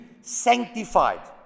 sanctified